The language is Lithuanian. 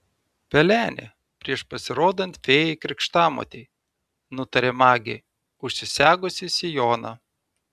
pelenė prieš pasirodant fėjai krikštamotei nutarė magė užsisegusi sijoną